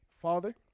Father